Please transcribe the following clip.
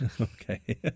Okay